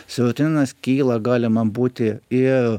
serotoninas kyla galima būti ir